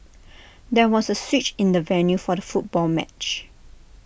there was A switch in the venue for the football match